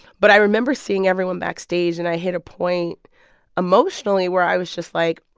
but i remember seeing everyone backstage. and i hit a point emotionally where i was just like,